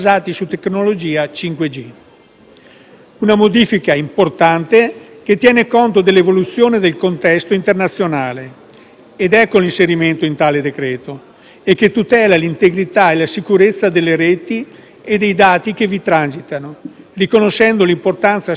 Una modifica importante, che tiene conto dell'evoluzione del contesto internazionale (ed ecco il perché dell'inserimento in questo decreto-legge) che tutela l'integrità e la sicurezza delle reti e dei dati che vi transitano, riconoscendo l'importanza strategica di tale settore.